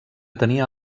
tenia